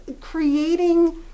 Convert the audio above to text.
creating